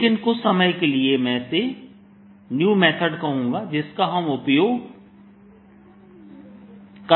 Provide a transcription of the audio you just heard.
लेकिन कुछ समय के लिए मैं इसे न्यू मेथड कहूंगा जिसका हम उपयोग कर चुके है